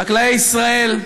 חקלאי ישראל,